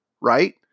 Right